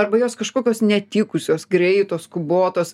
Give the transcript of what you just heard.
arba jos kažkokios netikusios greitos skubotos